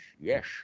Yes